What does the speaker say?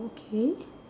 okay